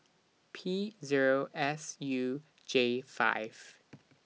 P Zero S U J five